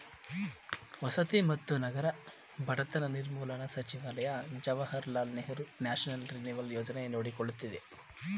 ವಸತಿ ಮತ್ತು ನಗರ ಬಡತನ ನಿರ್ಮೂಲನಾ ಸಚಿವಾಲಯ ಜವಾಹರ್ಲಾಲ್ ನೆಹರು ನ್ಯಾಷನಲ್ ರಿನಿವಲ್ ಯೋಜನೆ ನೋಡಕೊಳ್ಳುತ್ತಿದೆ